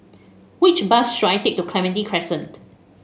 which bus should I take to Clementi Crescent